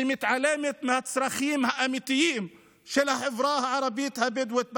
שמתעלמת מהצרכים האמיתיים של החברה הערבית הבדואית בנגב.